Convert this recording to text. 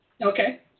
Okay